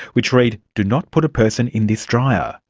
which read do not put a person in this dryer.